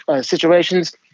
situations